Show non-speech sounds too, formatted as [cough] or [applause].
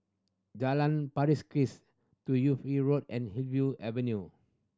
Jalan Pari Kikis [unintelligible] Yi Road and Hillview Avenue